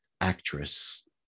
actress